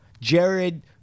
Jared